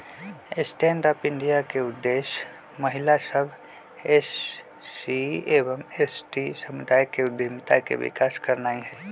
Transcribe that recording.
stand up India के उद्देश्य महिला सभ, एस.सी एवं एस.टी समुदाय में उद्यमिता के विकास करनाइ हइ